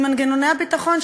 עם מנגנוני הביטחון.